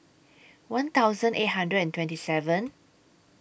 one thousand eight hundred and twenty seven